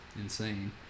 insane